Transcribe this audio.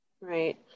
right